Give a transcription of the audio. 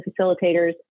facilitators